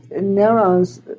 neurons